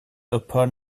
upphör